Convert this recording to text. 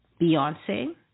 Beyonce